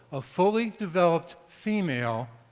a fully developed female,